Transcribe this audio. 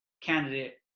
candidate